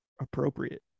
appropriate